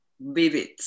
vivid